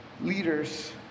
leaders